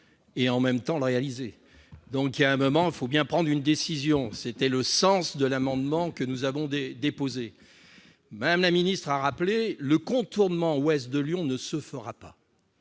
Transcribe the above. et, en même temps, le réaliser. À un moment, il faut bien prendre une décision, et c'est le sens de l'amendement que nous avons déposé. Mme la ministre l'a rappelé : le contournement ouest de Lyon ne se fera pas.